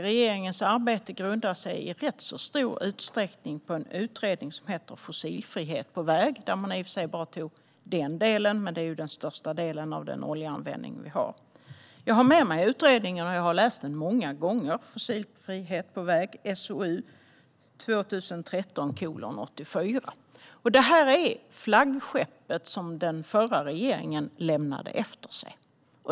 Regeringens arbete grundar sig i rätt så stor utsträckning på en utredning som heter Fossilfrihet på väg . Där tog man i och för sig bara den delen, men det är den största delen av den oljeanvändning vi har. Jag har med mig utredningen, och jag har läst den många gånger. Fossilfrihet på väg , SOU 2013:84, är flaggskeppet som den förra regeringen lämnade efter sig.